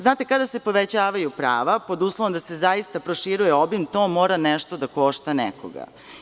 Znate, kada se povećavaju prava, pod uslovom da se zaista proširuje obim, to mora nešto da košta nekoga.